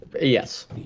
Yes